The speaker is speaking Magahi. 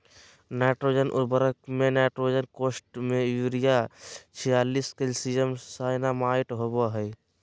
नाइट्रोजन उर्वरक में नाइट्रोजन कोष्ठ में यूरिया छियालिश कैल्शियम साइनामाईड होबा हइ